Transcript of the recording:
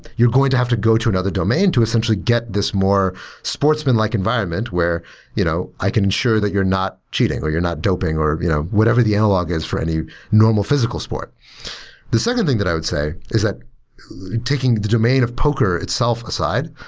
you're going to have to go to another domain to essentially get this more sportsman-like environment where you know i can ensure that you're not cheating or you're not doping or you know whatever the analog is for any normal physical sport the second thing that i would say is that taking the domain of poker itself aside,